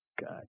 God